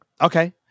Okay